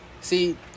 see